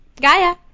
Gaia